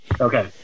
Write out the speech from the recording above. okay